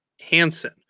Hansen